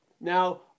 Now